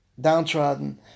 downtrodden